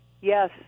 Yes